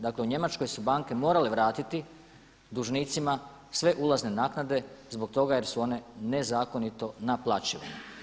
Dakle u Njemačkoj su banke morale vratiti dužnicima sve ulazne naknade zbog toga jer su one nezakonito naplaćivane.